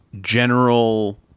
general